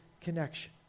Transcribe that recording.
connection